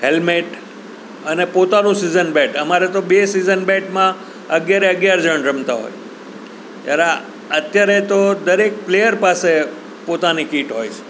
helmet અને પોતાનું season bat અમારે તો બે સિઝન બેટમાં અગિયારે અગિયાર જણ રમતા હોય જ્યારે આ અત્યારે તો દરેક પ્લેયર પાસે પોતાની કીટ હોય છે